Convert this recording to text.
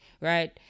right